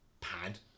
pad